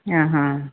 ହଁ ହଁ